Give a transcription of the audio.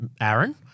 Aaron